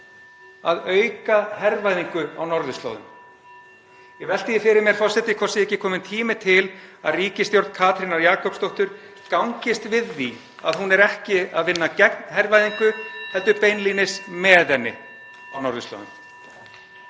auka hervæðingu á norðurslóðum. (Forseti hringir.) Ég velti því fyrir mér, forseti, hvort ekki sé kominn tími til að ríkisstjórn Katrínar Jakobsdóttur gangist við því að hún er ekki að vinna gegn hervæðingu heldur beinlínis með henni á norðurslóðum.